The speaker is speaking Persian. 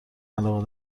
علاقه